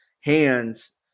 hands